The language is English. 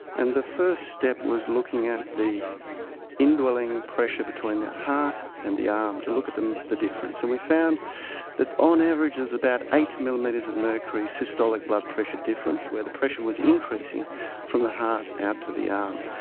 and the first step was looking at the indwelling pressure between the heart and the arm, to look at the the difference. and we found that on average there was about eight millimetres of mercury systolic blood pressure difference where the pressure was increasing from the heart out to the arm.